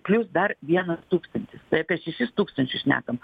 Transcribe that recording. plius dar vienas tūkstantis tai apie šešis tūkstančius šnekam